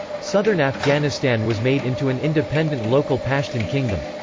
southern afghanistan was made into an independent local pashtun kingdom.